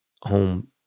home